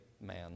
man